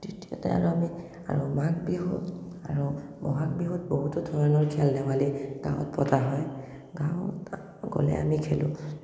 তৃতীয়তে আৰু আমি আৰু মাঘ বিহুত আৰু বহাগ বিহুত বহুতো ধৰণৰ খেল ধেমালি গাঁৱত পতা হয় গাঁৱত গ'লে আমি খেলোঁ